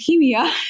leukemia